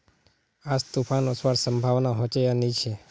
आज तूफ़ान ओसवार संभावना होचे या नी छे?